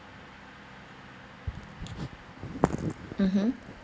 mmhmm